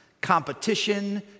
competition